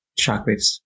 shockwaves